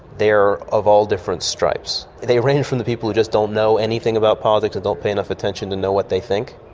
they are of all different stripes, they range from the people who just don't know anything about politics and don't pay enough to know what they think,